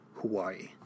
Hawaii